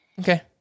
Okay